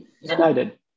United